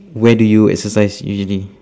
where do you exercise usually